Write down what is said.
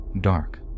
dark